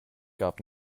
gab